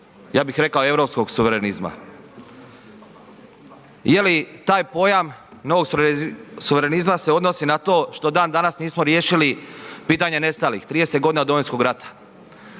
ja bih rekao europskog suverenizma. Jeli taj pojam novog suverenizma se odnosi na to što dan danas nismo riješili pitanje nestalih 30 godina od Domovinskog rata?